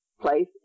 place